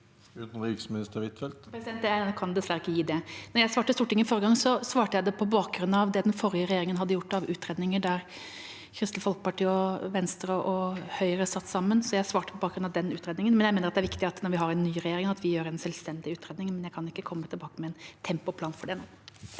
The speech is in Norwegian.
Utenriksminister Anniken Huitfeldt Jeg kan dessverre ikke gi det, men da jeg svarte Stortinget forrige gang, svarte jeg på bakgrunn av det den forrige regjeringen hadde gjort av utredninger, der Kristelig Folkeparti, Venstre og Høyre satt sammen. Jeg svarte på bakgrunn av den utredningen. Jeg mener det er viktig når vi har en ny regjering, at vi gjør en selvstendig utredning, men jeg kan ikke komme tilbake med en tempoplan for det.